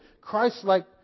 Christ-like